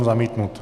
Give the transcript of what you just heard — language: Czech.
Zamítnut.